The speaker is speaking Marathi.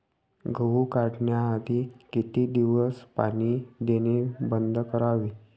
गहू काढण्याआधी किती दिवस पाणी देणे बंद करावे?